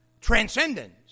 Transcendence